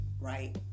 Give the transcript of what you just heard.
right